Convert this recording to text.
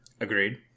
Agreed